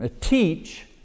teach